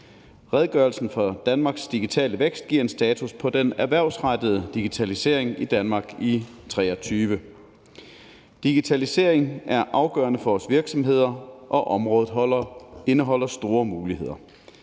Redegørelsen om Danmarks digitale vækst giver en status på den erhvervsrettede digitalisering i Danmark i 2023. Digitalisering er afgørende for vores virksomheder, og området indeholder store muligheder.